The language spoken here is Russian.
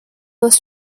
нас